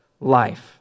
life